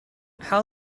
how